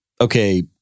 okay